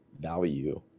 value